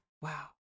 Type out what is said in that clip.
Wow